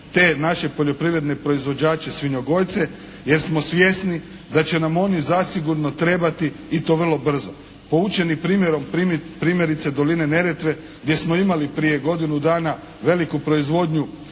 te naše poljoprivredne proizvođače svinjogojce jer smo svjesni da će nam oni zasigurno trebati i to vrlo brzo. Poučeni primjerom primjerice doline Neretve gdje smo imali prije godinu dana veliku proizvodnju